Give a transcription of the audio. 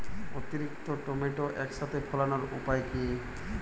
অতিরিক্ত টমেটো একসাথে ফলানোর উপায় কী?